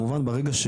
כמובן ברגע,